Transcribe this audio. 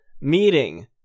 meeting